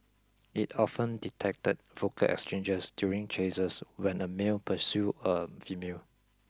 it often detected vocal exchanges during chases when a male pursue a female